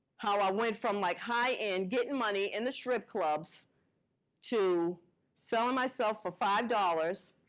how i went from like high-end, getting money in the strip clubs to selling myself for five dollars,